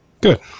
Good